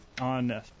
on